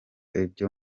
ibyo